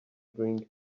drink